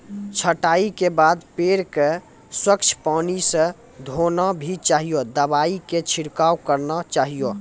छंटाई के बाद पेड़ क स्वच्छ पानी स धोना भी चाहियो, दवाई के छिड़काव करवाना चाहियो